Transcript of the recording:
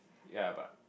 yeah but